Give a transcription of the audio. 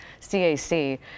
CAC